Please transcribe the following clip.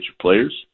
players